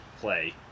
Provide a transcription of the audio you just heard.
play